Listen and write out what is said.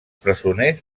presoners